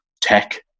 tech